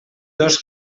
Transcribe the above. dos